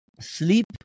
sleep